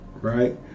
right